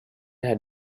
had